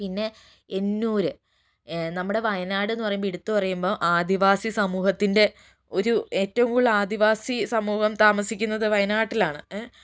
പിന്നെ എന്നൂര് നമ്മുടെ വയനാട് എന്ന് എടുത്തു പറയുപ്പോൾ ആദിവാസിസമൂഹത്തിൻ്റെ ഒരു ഏറ്റവും കൂടുതൽ ആദിവാസിസമൂഹം താമസിക്കുന്നത് വയനാട്ടിലാണ് ഏ